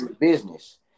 business